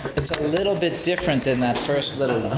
it's a little bit different than that first little